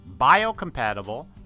biocompatible